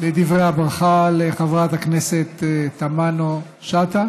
לדברי הברכה לחברת הכנסת תמנו-שטה,